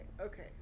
okay